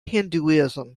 hinduism